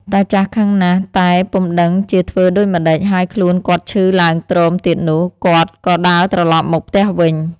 តាចាស់ខឹងណាស់តែពុំដឹងជាធ្វើដូចម្តេច ហើយខ្លួនគាត់ឈឺឡើងទ្រមទៀតនោះ គាត់ក៏ដើរត្រឡប់មកផ្ទះវិញ។